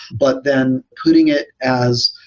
but then putting it as,